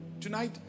tonight